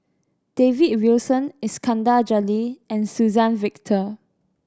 David Wilson Iskandar Jalil and Suzann Victor